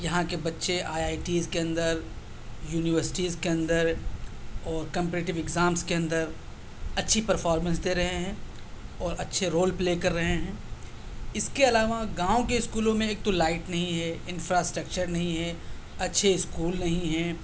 یہاں کے بچے آئی آئی ٹیز کے اندر یونیورسٹیز کے اندر اور کمپٹیٹیو ایگزامس کے اندر اچھی پرفارمنس دے رہے ہیں اور اچھے رول پلے کر رہے ہیں اِس کے علاوہ گاؤں کے اِسکولوں میں ایک تو لائٹ نہیں ہے انفراسٹرکچر نہیں ہے اچّھے اسکول نہیں ہیں